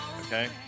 okay